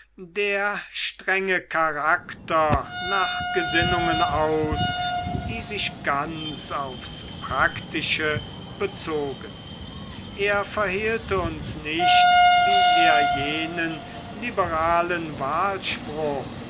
der strenge charakter nach gesinnungen aus die sich ganz aufs praktische bezogen er verhehlte uns nicht wie er jenen liberalen wahlspruch